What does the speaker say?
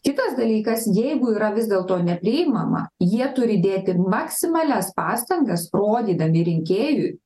kitas dalykas jeigu yra vis dėlto nepriimama jie turi dėti maksimalias pastangas rodydami rinkėjui